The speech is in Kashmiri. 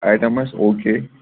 اَٹیم آسہِ اوٗ کے